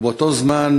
ובאותו הזמן